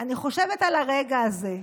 אני חושבת על הרגע הזה,